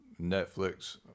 Netflix